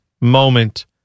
moment